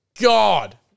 God